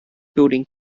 building